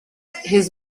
his